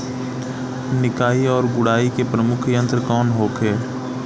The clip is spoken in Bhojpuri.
निकाई और गुड़ाई के प्रमुख यंत्र कौन होखे?